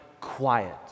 quiet